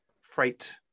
freight